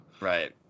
Right